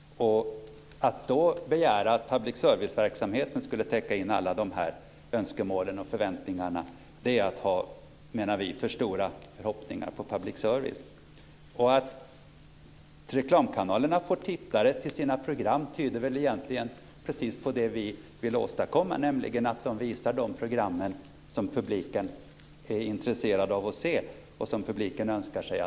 Att då begära att public serviceverksamheten skulle täcka in alla de här önskemålen och förväntningarna är, menar vi, att ha för stora förhoppningar på public service. Att reklamkanalerna får tittare till sina program tyder väl egentligen på precis det vi vill åstadkomma, nämligen att de visar de program som publiken är intresserad av att se och som publiken önskar sig.